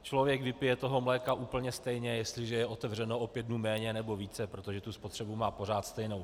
Člověk vypije toho mléka úplně stejně, jestliže je otevřeno o pět dnů méně nebo více, protože tu spotřebu má pořád stejnou.